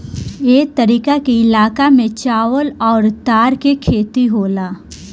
ए तरीका के इलाका में चावल अउर तार के खेती होला